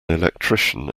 electrician